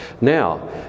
Now